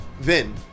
Vin